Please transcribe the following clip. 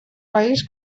país